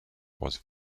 was